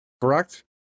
correct